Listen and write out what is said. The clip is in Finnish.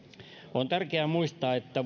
on tärkeää muistaa että